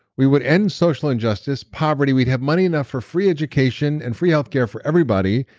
we would end social injustice, poverty. we'd have money enough for free education, and free healthcare for everybody,